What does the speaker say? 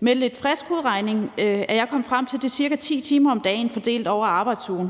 Med lidt frisk hovedregning er jeg kommet frem til, at det er ca. 10 timer om dagen fordelt over arbejdsugen.